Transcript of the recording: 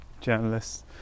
journalists